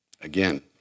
again